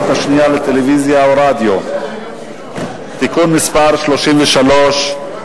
השנייה לטלוויזיה ורדיו (תיקון מס' 33),